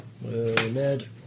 Ned